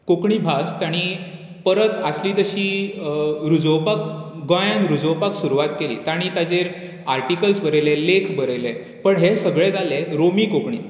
कोंकणी भास तांणी परत आसली तशीच रुजोवपाक गोंयांत रुजोवपाक सुरवात केली तांणी तेजेर आर्टिकल्स बरयले लेख बरयले पण हें सगलें जालें रोमी कोंकणींत